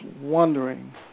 wondering